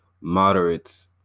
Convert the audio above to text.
moderates